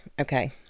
Okay